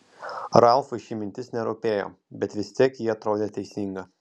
ralfui ši mintis nerūpėjo bet vis tiek ji atrodė teisinga